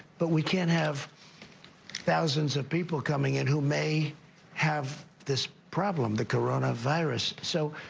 but we can't have thousands of people coming in who may have this problem the coronavirus. so,